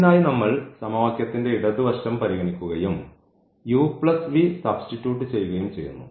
അതിനായി നമ്മൾ സമവാക്യത്തിന്റെ ഇടത് വശം പരിഗണിക്കുകയും സബ്സ്റ്റിറ്റ്യൂട്ട് ചെയ്യുകയും ചെയ്യുന്നു